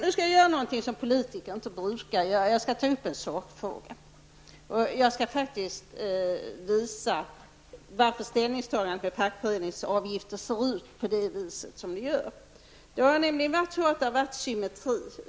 Jag skall göra något som politiker inte brukar göra, jag skall ta upp en sakfråga. Jag skall visa varför ställningstagandet när det gäller avdrag för fackföreningsavgifter ser ut som det gör. Det har nämligen funnits en symmetri.